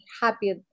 happy